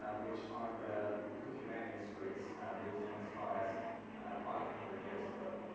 which are the cooking manuscripts written as far as five hundred years ago.